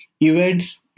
events